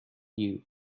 you